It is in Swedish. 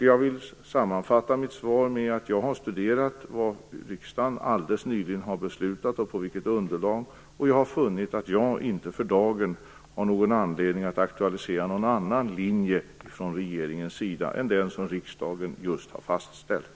Jag vill sammanfatta mitt svar så att jag har studerat vad riksdagen alldeles nyligen har beslutat och på vilket underlag det skett och funnit att jag inte för dagen har anledning att aktualisera någon annan linje från regeringens sida än den som riksdagen just har fastställt.